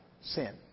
sin